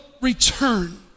return